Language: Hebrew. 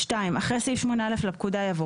2. אחרי סעיף 8א לפקודה יבוא: